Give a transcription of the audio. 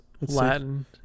Latin